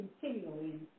continually